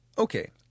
Okay